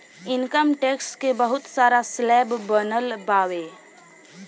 income tax के बहुत सारा स्लैब बनल बावे